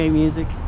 music